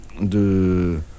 de